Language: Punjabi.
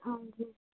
ਹਾਂਜੀ